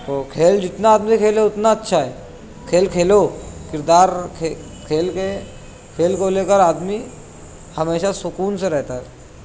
تو کھیل جتنا آدمی کھیلے اتنا اچھا ہے کھیل کھیلو کردار کھے کھیل میں کھیل کو لے کر آدمی ہمیشہ سکون سے رہتا ہے